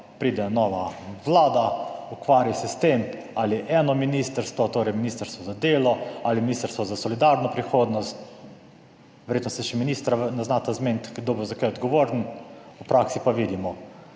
pride nova vlada, ukvarja se s tem ali je eno ministrstvo, torej Ministrstvo za delo ali Ministrstvo za solidarno prihodnost - verjetno se še ministra ne znata zmeniti, kdo bo za kaj odgovoren -, v praksi pa vidimo